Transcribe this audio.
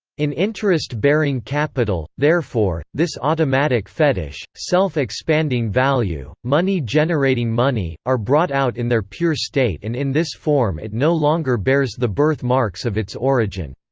in interest-bearing capital, therefore, this automatic fetish, self-expanding value, money generating money, are brought out in their pure state and in this form it no longer bears the birth-marks of its origin.